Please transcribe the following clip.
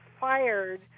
fired